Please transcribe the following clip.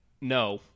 no